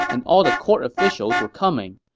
and all the court officials were coming.